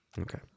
Okay